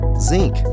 zinc